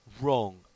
wrong